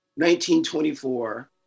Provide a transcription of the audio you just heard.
1924